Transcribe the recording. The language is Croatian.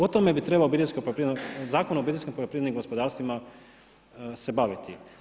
O tome bi trebao Zakon o obiteljskim poljoprivrednim gospodarstvima se baviti.